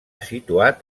situat